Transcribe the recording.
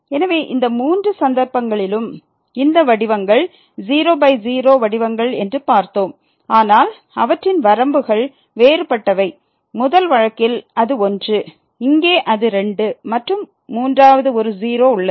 எனவே இந்த மூன்று சந்தர்ப்பங்களிலும் இந்த வடிவங்கள் 00 வடிவங்கள் என்று பார்த்தோம் ஆனால் அவற்றின் வரம்புகள் வேறுபட்டவை முதல் வழக்கில் அது 1 இங்கே அது 2 மற்றும் மூன்றாவது ஒரு 0 உள்ளது